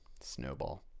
snowball